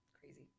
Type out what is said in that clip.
crazy